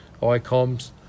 ICOMs